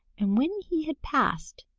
and when he had passed,